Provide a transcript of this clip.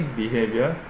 behavior